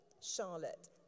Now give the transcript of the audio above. Charlotte